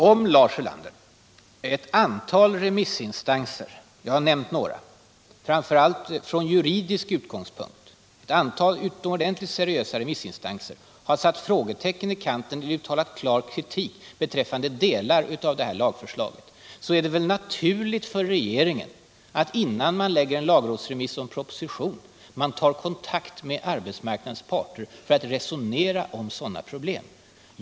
Herr talman! Ett antal remissinstanser — jag har nämnt några — har framför allt från juridisk utgångspunkt satt frågetecken i kanten och uttalat klar kritik beträffande delar av det här lagförslaget. Då är det väl naturligt för regeringen att, innan man lägger fram en lagrådsremiss och proposition, ta kontakt med arbetsmarknadens parter för att resonera om sådana problem.